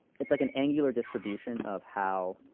it's like an angular distribution of how